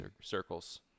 circles